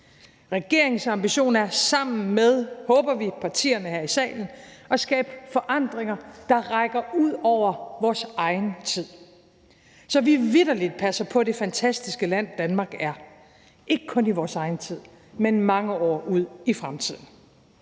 Regeringens ambition er sammen med, håber vi, partierne her i salen at skabe forandringer, der rækker ud over vores egen tid, så vi vitterlig passer på det fantastiske land, som Danmark er – ikke kun i vores egen tid, men mange år ud i fremtiden.